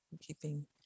Keeping